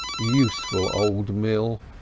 useful old mill!